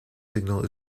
signal